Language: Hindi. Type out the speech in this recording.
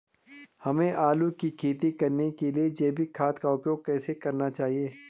हमें आलू की खेती करने के लिए जैविक खाद का उपयोग कैसे करना चाहिए?